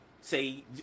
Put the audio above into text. Say